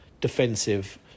defensive